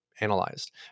Analyzed